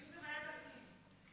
דיון בוועדת הפנים.